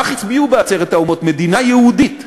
כך הצביעו בעצרת האומות: מדינה יהודית.